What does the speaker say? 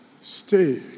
stay